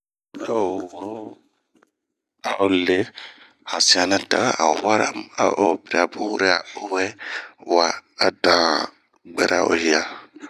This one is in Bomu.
ao woro, ao lee, han sian nɛ tawɛ a weramu ,ao piria mu were, a owɛwa, adan buɛra o hia.